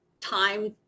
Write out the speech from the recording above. time